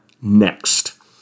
next